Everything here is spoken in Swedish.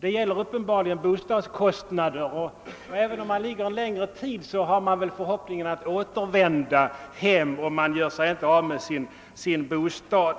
Det gäller uppenbarligen bostadskostnader, och även om man ligger på sjukhus en längre tid har man väl förhoppningen att få återvända hem, och man vill därför inte göra sig av med sin bostad.